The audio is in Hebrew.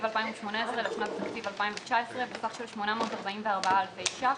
2018 לשנת התקציב 2019 בסך של 844,000 שקלים.